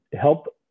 help